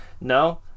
No